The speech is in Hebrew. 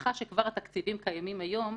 בהנחה שכבר התקציבים קיימים היום,